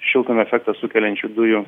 šiltnamio efektą sukeliančių dujų